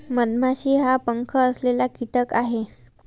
मधमाशी हा पंख असलेला कीटक आहे